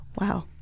wow